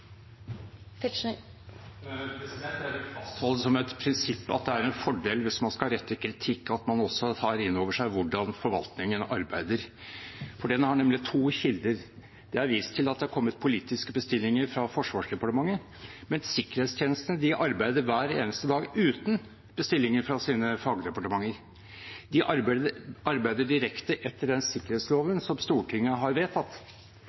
Tetzschner har hatt ordet to ganger tidligere og får ordet til en kort merknad på inntil 1 minutt. Jeg vil fastholde som et prinsipp at det er en fordel hvis man skal rette kritikk, at man også tar inn over seg hvordan forvaltningen arbeider. For den har nemlig to kilder. Det er vist til at det har kommet politiske bestillinger fra Forsvarsdepartementet, men sikkerhetstjenesten arbeider hver eneste dag uten bestillinger fra sine fagdepartementer. De arbeider direkte etter